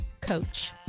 coach